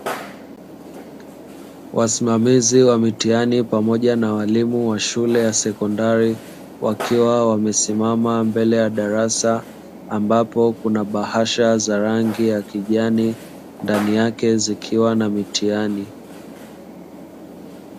Wasimamizi wa mitihani pamoja na walimu wa shule ya sekondari, wakiwa wamesimama mbele ya darasa ambapo kuna bahasha za rangi ya kijani ndani yake zikiwa na mitihani.